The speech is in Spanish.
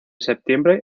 septiembre